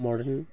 modern